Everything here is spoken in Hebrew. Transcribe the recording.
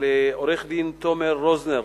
עורך-הדין תומר רוזנר,